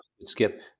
skip